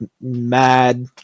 mad